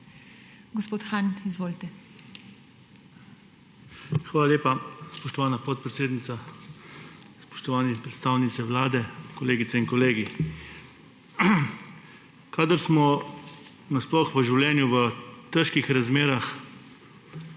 MATJAŽ HAN (PS SD): Hvala lepa, spoštovana podpredsednica. Spoštovani predstavnici Vlade, kolegice in kolegi! Kadar smo nasploh v življenju v težkih razmerah,